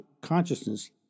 consciousness